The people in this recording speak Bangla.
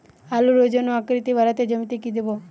আলুর ওজন ও আকৃতি বাড়াতে জমিতে কি দেবো?